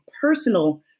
personal